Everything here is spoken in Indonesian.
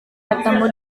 bertemu